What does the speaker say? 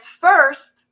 first